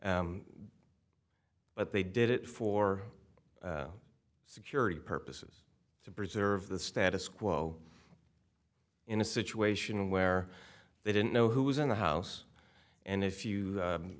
votes but they did it for security purposes to preserve the status quo in a situation where they didn't know who was in the house and if you